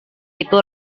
itu